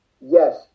yes